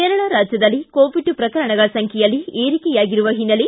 ಕೇರಳ ರಾಜ್ಯದಲ್ಲಿ ಕೋವಿಡ್ ಪ್ರಕರಣಗಳ ಸಂಖ್ಯೆಯಲ್ಲಿ ಏರಿಕೆಯಾಗಿರುವ ಹಿನ್ನೆಲೆ